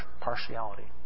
partiality